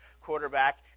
quarterback